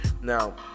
now